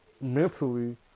mentally